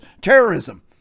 terrorism